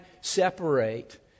separate